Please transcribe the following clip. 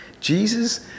Jesus